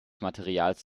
materials